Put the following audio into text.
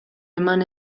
eman